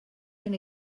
been